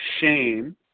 shame